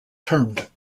termed